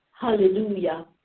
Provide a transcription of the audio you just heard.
Hallelujah